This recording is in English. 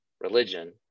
religion